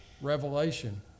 Revelation